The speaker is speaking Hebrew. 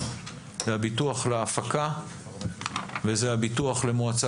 זה הביטוח להפקה וזה הביטוח למועצה